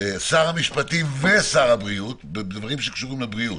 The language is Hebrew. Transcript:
שר המשפטים ושר הבריאות בדברים שקשורים לבריאות